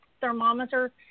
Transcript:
thermometer